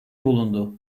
bulundu